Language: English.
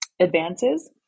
advances